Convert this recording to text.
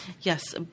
Yes